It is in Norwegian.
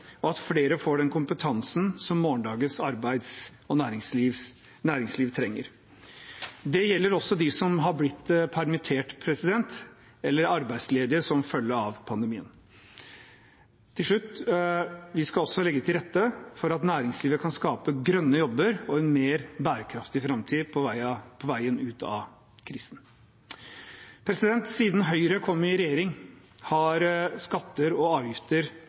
og at flere får den kompetansen som morgendagens arbeids- og næringsliv trenger. Det gjelder også dem som har blitt permittert eller er arbeidsledige som følge av pandemien. Til slutt: Vi skal også legge til rette for at næringslivet kan skape grønne jobber og en mer bærekraftig framtid på veien ut av krisen. Siden Høyre kom i regjering, har skatter og avgifter